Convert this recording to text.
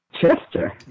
Chester